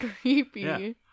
creepy